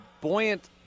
buoyant